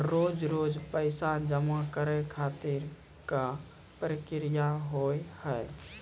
रोज रोज पैसा जमा करे खातिर का प्रक्रिया होव हेय?